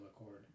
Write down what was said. accord